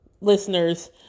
listeners